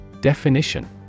Definition